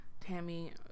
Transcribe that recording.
Tammy